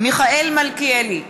מיכאל מלכיאלי,